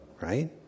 right